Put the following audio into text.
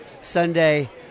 Sunday